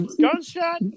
gunshot